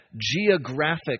geographic